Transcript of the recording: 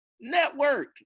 Network